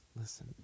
listen